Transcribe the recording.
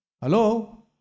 Hello